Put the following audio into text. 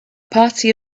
party